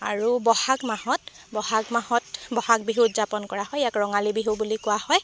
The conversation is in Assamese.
আৰু ব'হাগ মাহত ব'হাগ মাহত ব'হাগ বিহু উদযাপন কৰা হয় ইয়াক ৰঙালী বিহু বুলি কোৱা হয়